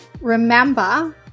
remember